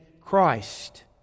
Christ